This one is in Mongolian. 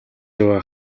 яваа